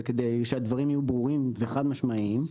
וכדי שהדברים יהיו ברורים וחד משמעיים,